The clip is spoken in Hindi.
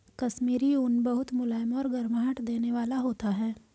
कश्मीरी ऊन बहुत मुलायम और गर्माहट देने वाला होता है